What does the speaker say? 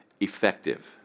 effective